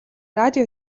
радио